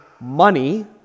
money